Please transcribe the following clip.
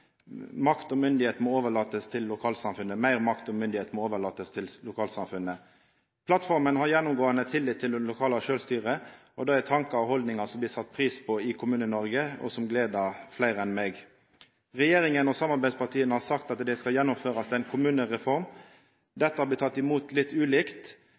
makt og myndighet må overlates til lokalsamfunnet.» Plattforma har gjennomgåande tillit til det lokale sjølvstyret og dei tankane og dei haldningane som blir sette pris på i Kommune-Noreg, og som gleder fleire enn meg. Regjeringa og samarbeidspartia har sagt at det skal gjennomførast ei kommunereform. Dette har blitt tatt litt ulikt